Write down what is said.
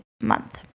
Month